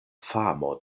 famo